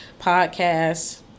podcasts